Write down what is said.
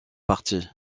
partie